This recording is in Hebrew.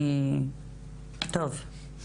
טוב,